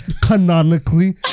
Canonically